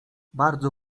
bardzo